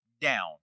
down